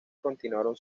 continuaron